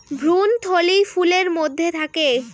ভ্রূণথলি ফুলের মধ্যে থাকে